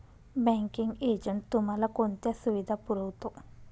Banking agent तुम्हाला कोणत्या सुविधा पुरवतो?